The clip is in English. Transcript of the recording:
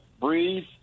breathe